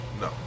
No